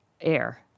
air